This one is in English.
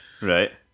Right